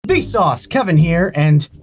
vsauce! kevin here, and